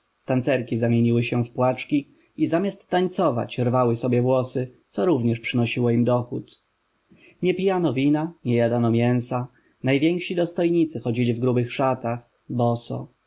tancerki zamieniły się na płaczki i zamiast tańcować rwały sobie włosy co również przynosiło im dochód nie pijano wina nie jadano mięsa najwięksi dostojnicy chodzili w grubych szatach boso